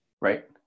Right